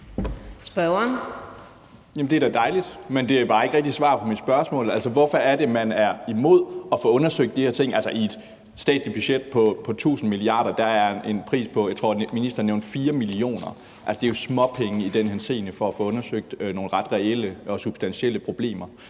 det er da dejligt, men det er bare ikke rigtig svar på mit spørgsmål. Altså, hvorfor er det, at man er imod at få undersøgt de her ting? I et statsligt budget på 1.000 mia. kr. er en pris på, jeg tror, ministeren nævnte 4 mio. kr., småpenge i den henseende for at få undersøgt nogle ret reelle og substantielle problemer.